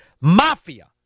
mafia